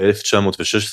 ב-1916,